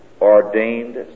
ordained